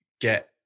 get